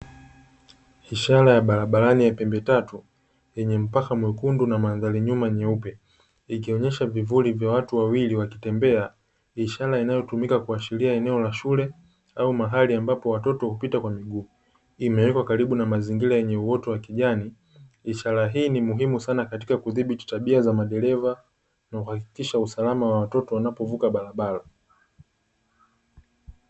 Ishara ya barabarani ya pembe tatu yenye mpaka mwekundu na mandhari nyuma nyeupe ikionyesha vivuli vya watu wawili wakitembea, ni ishara inayotumika kuashiria eneo la shule au mahali ambapo watoto hupita kwa miguu, imewekwa karibu na mazingira yenye uoto wa kijani, ishara hii ni muhimu sana katika kudhibiti tabia za madereva na kuhakikisha uslama wa watoto wanapovuka barabara.